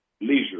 leisure